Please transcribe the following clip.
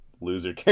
loser